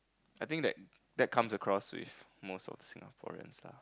I think that that comes across with most of Singaporeans lah